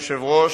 אדוני היושב-ראש,